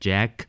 Jack